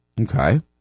Okay